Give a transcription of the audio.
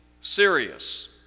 serious